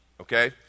Okay